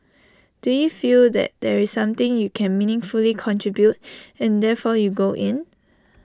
do you feel that there's something you can meaningfully contribute and therefore you go in